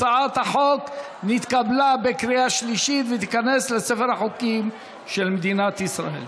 הצעת החוק נתקבלה בקריאה שלישית ותיכנס לספר החוקים של מדינת ישראל.